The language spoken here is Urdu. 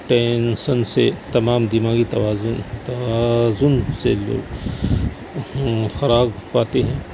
ٹنسن سے تمام دماغی توازن توازن سے لوگ خراب پاتے ہیں